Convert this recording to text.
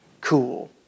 Cool